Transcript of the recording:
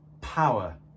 power